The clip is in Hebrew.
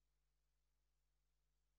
כנסת נכבדה, כבוד השר היקר,